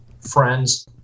friends